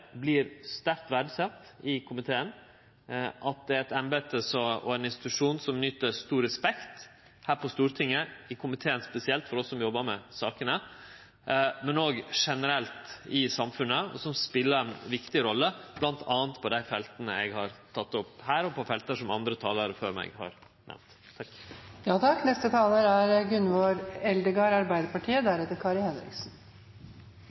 sterkt verdsett i komiteen, at det er eit embete og ein institusjon som nyter stor respekt her på Stortinget, i komiteen spesielt – for oss som jobbar med sakene – men også generelt i samfunnet, og han speler ei viktig rolle, bl.a. på dei felta eg har teke opp her, og på felt som andre talarar før meg har nemnt.